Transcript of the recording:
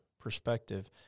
perspective